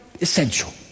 essential